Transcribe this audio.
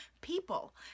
people